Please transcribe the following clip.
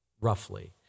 roughly